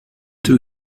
toe